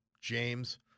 James